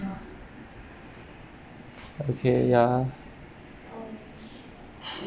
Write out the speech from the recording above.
okay ya